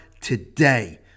Today